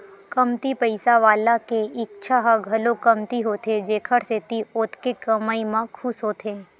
कमती पइसा वाला के इच्छा ह घलो कमती होथे जेखर सेती ओतके कमई म खुस होथे